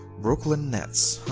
brooklyn nets.